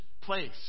place